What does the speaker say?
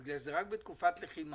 בגלל שזה רק בתקופת לחימה.